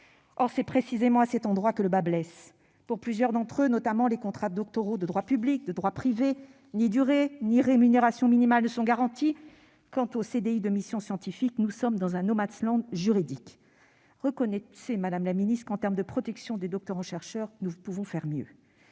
Or c'est précisément à cet endroit que le bât blesse. Pour plusieurs d'entre eux, notamment les contrats doctoraux de droit public et de droit privé, ni durée ni rémunération minimales ne sont garanties ; et s'agissant du CDI de mission scientifique, nous sommes dans un « juridique ». Reconnaissez, madame la ministre, qu'en termes de protection des doctorants-chercheurs, nous pouvons faire mieux.